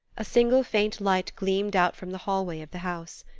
a single faint light gleamed out from the hallway of the house.